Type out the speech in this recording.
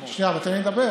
שנייה, אבל תן לי לדבר.